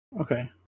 Okay